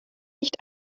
nicht